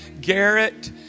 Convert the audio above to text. Garrett